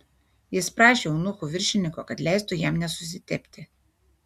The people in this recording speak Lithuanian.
jis prašė eunuchų viršininko kad leistų jam nesusitepti